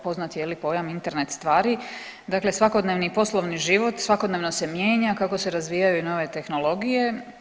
Poznat je pojam Internet stvari, dakle svakodnevni poslovni život, svakodnevno se mijenja kako se i razvijaju nove tehnologije.